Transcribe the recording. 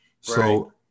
so-